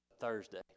Thursday